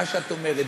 מה שאת אומרת,